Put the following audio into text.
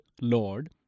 Lord